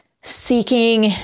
seeking